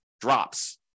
drops